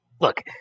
look